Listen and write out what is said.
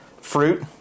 fruit